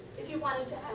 if you wanted to